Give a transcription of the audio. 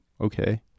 Okay